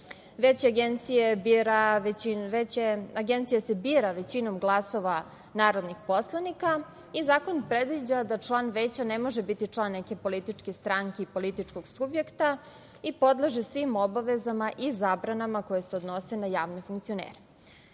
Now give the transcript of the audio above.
Agencije. Agencija se bira većinom glasova narodnih poslanika i zakon predviđa da član Veća ne može biti član neke političke stranke ili nekog političkog subjekta i podleže svim obavezama i zabranama koje se odnose na javne funkcionere.